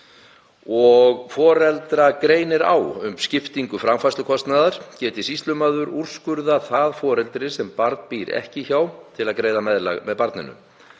og foreldra greinir á um skiptingu framfærslukostnaðar geti sýslumaður úrskurðað það foreldri sem barn býr ekki hjá til að greiða meðlag með barninu.